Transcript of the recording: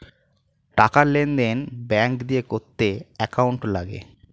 টাকার লেনদেন ব্যাঙ্ক দিয়ে করতে অ্যাকাউন্ট লাগে